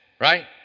right